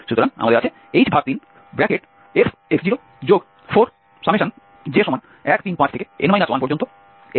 সুতরাং আমাদের আছে h3fx04i135n 1fxi2j246n 2fxjf